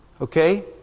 Okay